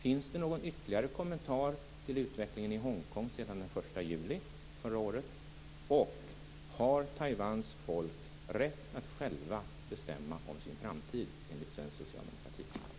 Finns det någon ytterligare kommentar till utvecklingen i Hong Kong sedan den 1 juli förra året? Har Taiwans folk rätt att självt bestämma om sin framtid enligt svensk socialdemokrati?